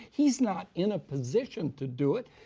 he's not in a position to do it.